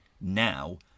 now